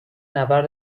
نبرد